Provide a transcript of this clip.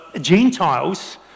Gentiles